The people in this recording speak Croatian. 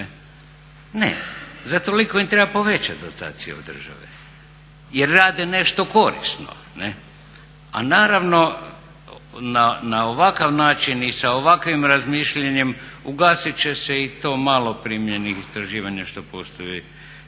Ne, za toliko im treba povećati dotaciju od države jer rade nešto korisno. A naravno na ovakav način i sa ovakvim razmišljanjem ugasit će se i to malo primljenih istraživanja što postoje